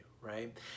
right